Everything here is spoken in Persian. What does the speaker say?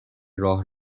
راه